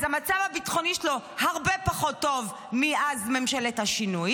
אז המצב הביטחוני שלו הרבה פחות טוב מאז ממשלת השינוי.